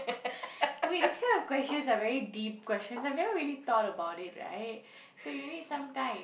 wait this kind of questions are very deep questions I've never really thought about it right so you need some time